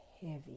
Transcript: heavy